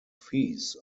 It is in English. fees